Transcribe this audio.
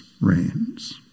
reigns